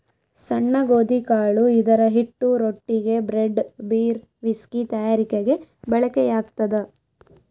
ಸಣ್ಣ ಗೋಧಿಕಾಳು ಇದರಹಿಟ್ಟು ರೊಟ್ಟಿಗೆ, ಬ್ರೆಡ್, ಬೀರ್, ವಿಸ್ಕಿ ತಯಾರಿಕೆಗೆ ಬಳಕೆಯಾಗ್ತದ